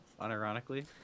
unironically